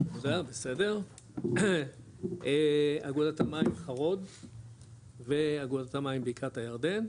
בסדר, אגודת המים חרוד ואגודת המים בקעת הירדן.